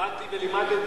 למדתי ולימדתי.